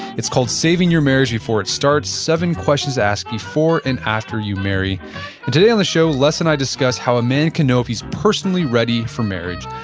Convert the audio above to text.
it's called saving your marriage before it starts seven questions to ask before and after you marry today on the show, les and i discuss how a man can know if he's personally ready for marriage,